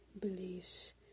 beliefs